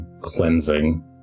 cleansing